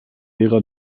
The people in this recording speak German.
ära